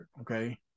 okay